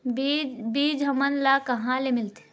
बीज हमन ला कहां ले मिलथे?